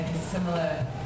similar